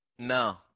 No